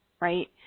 right